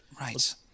Right